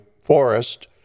forest